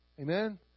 Amen